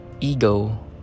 ego